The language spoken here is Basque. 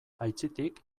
aitzitik